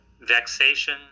Vexation